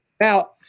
Now